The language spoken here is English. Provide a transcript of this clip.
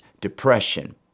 depression